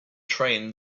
train